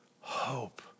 hope